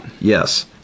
Yes